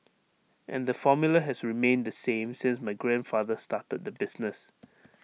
and the formula has remained the same since my grandfather started the business